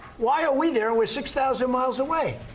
why are we there and we're six thousand miles away?